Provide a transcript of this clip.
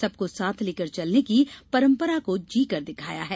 सबको साथ लेकर चलने की परम्परा को जीकर दिखाया है